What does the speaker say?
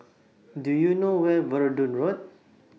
Do YOU know Where Verdun Road